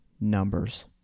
numbers